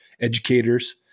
educators